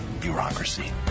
bureaucracy